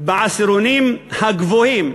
בעשירונים הגבוהים.